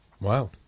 Wow